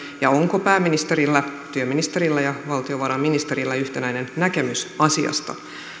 ja onko pääministerillä työministerillä ja valtiovarainministerillä yhtenäinen näkemys asiasta